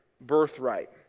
birthright